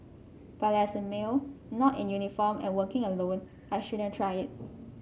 but as a male not in uniform and working alone I shouldn't try it